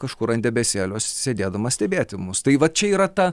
kažkur ant debesėlio sėdėdamas stebėti mus tai va čia yra ta